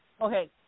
Okay